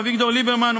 מר אביגדור ליברמן,